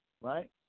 right